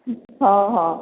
ହେ ହଁ ହଁ